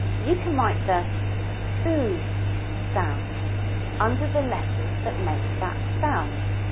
you can write the oo sound under the letters that make that sound.